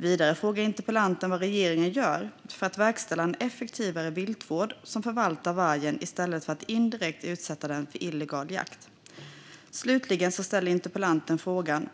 Vidare har interpellanten frågat vad regeringen gör för att verkställa en effektivare viltvård som förvaltar vargen i stället för att indirekt utsätta den för illegal jakt. Slutligen har interpellanten ställt frågan